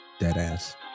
deadass